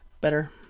Better